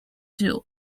too